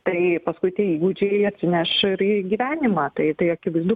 tai paskui tie įgūdžiai atsineš ir į gyvenimą tai tai akivaizdu